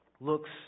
looks